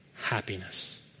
happiness